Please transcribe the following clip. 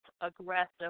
aggressive